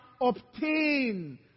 obtain